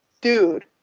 dude